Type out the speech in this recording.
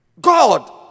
God